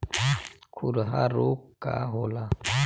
खुरहा रोग का होला?